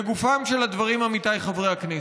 לגופם של הדברים, עמיתיי חברי הכנסת.